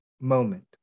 moment